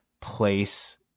place